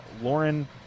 Lauren